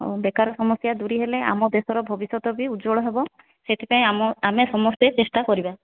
ଆଉ ବେକାର ସମସ୍ୟା ଦୂରୀ ହେଲେ ଆମ ଦେଶର ଭବିଷ୍ୟତ ବି ଉଜ୍ଜ୍ଵଳ ହେବ ସେଇଥିପାଇଁ ଆମ ଆମେ ସମସ୍ତେ ଚେଷ୍ଟା କରିବା